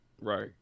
Right